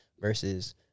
Versus